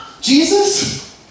Jesus